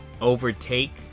overtake